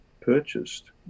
purchased